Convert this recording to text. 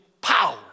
power